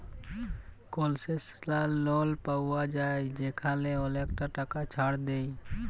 কলসেশলাল লল পাউয়া যায় যেখালে অলেকটা টাকা ছাড় দেয়